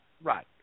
Right